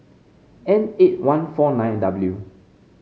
N eight one four nine W